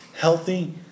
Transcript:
healthy